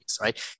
right